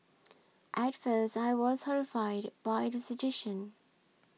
at first I was horrified by the suggestion